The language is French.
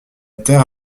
terre